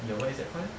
your what is that called